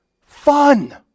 fun